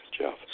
Jeff